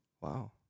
Wow